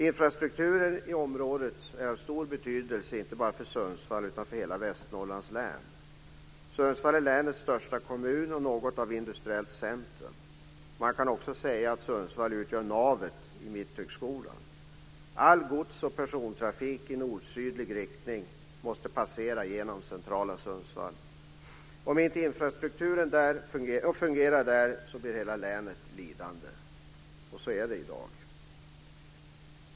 Infrastrukturen i området är av stor betydelse inte bara för Sundsvall utan för hela Västernorrlands län. Sundsvall är länets största kommun och något av ett industriellt centrum. Man kan också säga att Sundsvall utgör navet i Mitthögskolan. All gods och persontrafik i nord-sydlig riktning måste passera genom centrala Sundsvall. Om inte infrastrukturen fungerar där blir hela länet lidande. Och så är det i dag.